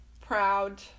proud